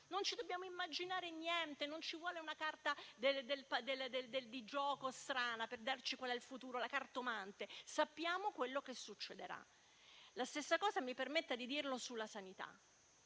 Non ci dobbiamo immaginare niente, non ci vuole una cartomante per dirci qual è il futuro. Sappiamo quello che succederà. La stessa cosa mi permetta di dirla sulla sanità.